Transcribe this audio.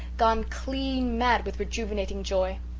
gone clean mad with rejuvenating joy.